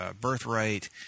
Birthright